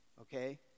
okay